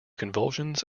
convulsions